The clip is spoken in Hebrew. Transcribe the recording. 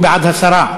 הוא בעד הסרה.